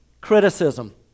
criticism